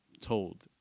told